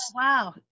Wow